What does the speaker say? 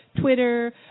Twitter